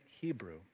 Hebrew